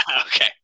Okay